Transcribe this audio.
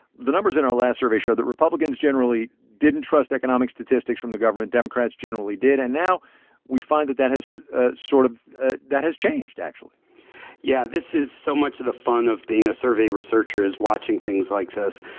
the numbers in our last survey show that republicans generally didn't trust economic statistics from the government. democrats generally did. and now we find that that has ah sort of changed, actually changed, actually yeah, this is so much of the fun of being a survey researcher is watching things like this.